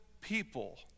people